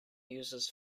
uses